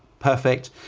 perfect.